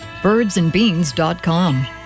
Birdsandbeans.com